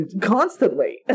Constantly